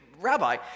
Rabbi